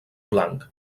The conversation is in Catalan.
blanc